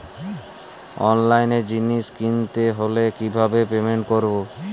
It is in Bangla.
অনলাইনে জিনিস কিনতে হলে কিভাবে পেমেন্ট করবো?